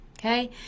okay